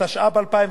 התשע"ב 2012,